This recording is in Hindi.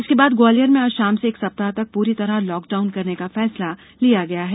इसके बाद ग्वालियर में आज शाम से एक सप्ताह तक पूरी तरह लॉकडाउन करने का फैसला लिया गया है